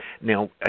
Now